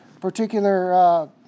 particular